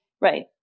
Right